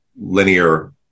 linear